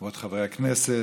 כבוד חברי הכנסת,